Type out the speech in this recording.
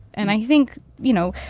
and i think, you know,